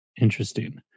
Interesting